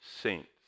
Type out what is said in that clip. Saints